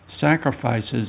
sacrifices